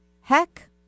Heck